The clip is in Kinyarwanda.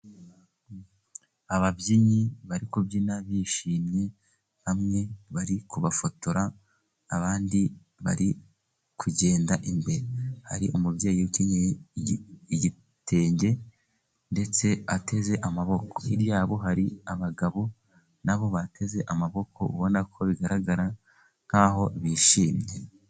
Ababyinnyi bari kubyina bishimye, bamwe bari kubafotora abandi bari kugenda imbere, hari umubyeyi ukenyeye igitenge, ndetse ateze amaboko, hirya yabo hari abagabo nabo bateze amaboko, ubona ko bigaragara nk'aho bishimye.